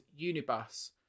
Unibus